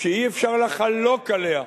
שאי-אפשר לחלוק עליה,